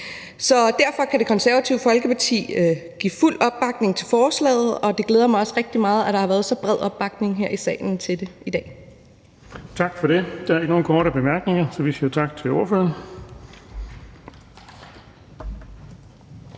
Derfor kan Det Konservative Folkeparti give fuld opbakning til forslaget, og det glæder mig også rigtig meget, at der har været så bred opbakning her i salen til det i dag. Kl. 14:22 Den fg. formand (Erling Bonnesen): Tak for det. Der er ikke nogen korte bemærkninger, så vi siger tak til ordføreren.